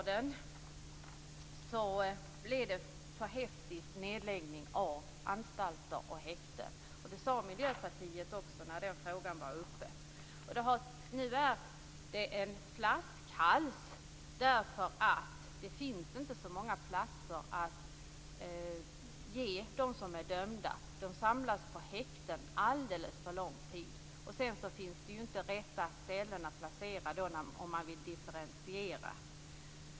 Det blev en för häftig nedläggning av anstalter och häkten. Det sade Miljöpartiet också när den frågan var uppe. Nu är det en flaskhals, därför att det inte finns så många platser att ge dem som är dömda. De samlas på häkten under alldeles för lång tid. Sedan finns det inte riktiga ställen att placera dem på om man vill differentiera.